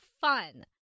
fun